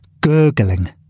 gurgling